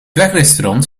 wegrestaurant